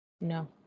No